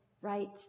right